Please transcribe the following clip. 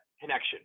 connection